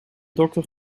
dokter